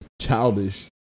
childish